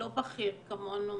לא בכיר כמונו,